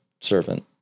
servant